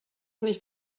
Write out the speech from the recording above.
nicht